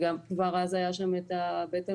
וכבר אז היה שם את הבית עלמין.